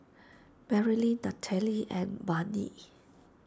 Marylin Nathalie and Barney